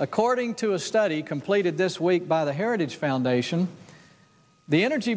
according to a study completed this week by the heritage foundation the energy